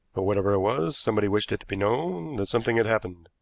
but whatever it was, somebody wished it to be known that something had happened.